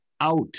out